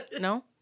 No